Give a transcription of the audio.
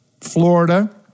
Florida